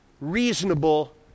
reasonable